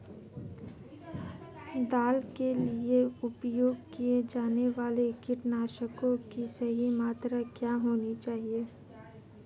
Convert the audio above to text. दाल के लिए उपयोग किए जाने वाले कीटनाशकों की सही मात्रा क्या होनी चाहिए?